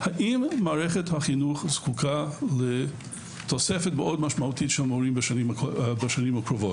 האם מערכת החינוך זקוקה לתוספת משמעותית מאוד של מורים בשנים הקרובות?